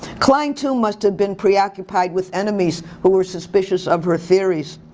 klein too must have been preoccupied with enemies who were suspicious of her theories.